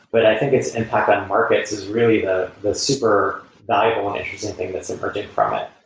but i think its impact on markets is really ah the super valuable and interesting thing that's emerging from it.